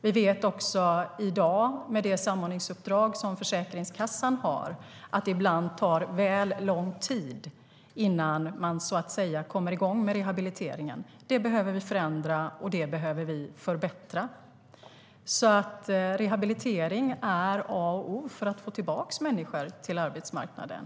Vi vet också i dag, med det samordningsuppdrag Försäkringskassan har, att det ibland tar väl lång tid innan man kommer igång med rehabiliteringen. Det behöver vi förändra, och det behöver vi förbättra. Rehabilitering är alltså A och O för att få tillbaka människor till arbetsmarknaden.